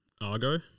Argo